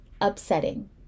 upsetting